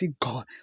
God